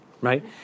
Right